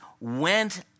went